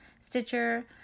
Stitcher